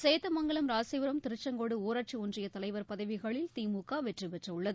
சேந்தமங்கலம் ராசிபுரம் திருச்செங்கோடு ஊராட்சி ஒன்றிய தலைவர் பதவிகளில் திமுக வெற்றி பெற்றுள்ளது